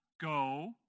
go